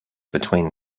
between